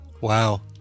Wow